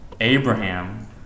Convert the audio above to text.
Abraham